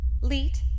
Leet